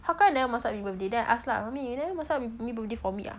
how come never masak me birthday then I ask ah mummy never masak me birthday for me ah